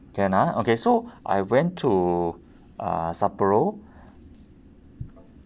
can ah okay so I went to uh sapporo